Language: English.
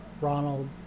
Ronald